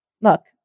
Look